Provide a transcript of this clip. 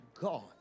God